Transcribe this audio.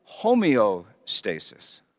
homeostasis